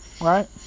right